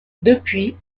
depuis